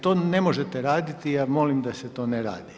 To ne možete raditi, ja molim da se to ne radi.